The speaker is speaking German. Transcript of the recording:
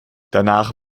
danach